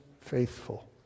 faithful